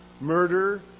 murder